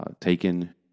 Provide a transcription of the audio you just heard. taken